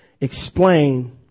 explain